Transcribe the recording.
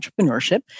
Entrepreneurship